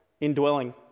indwelling